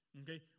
Okay